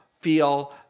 feel